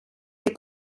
que